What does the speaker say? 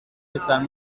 están